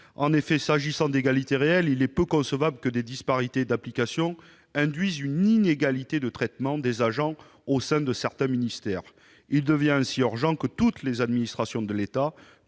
En effet, s'agissant d'égalité réelle, il est peu concevable que des disparités d'application induisent une inégalité de traitement des agents au sein de certains ministères. Il devient urgent que toutes les administrations de l'État